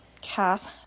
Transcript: cast